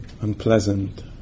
unpleasant